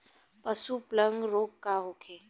पशु प्लग रोग का होखे?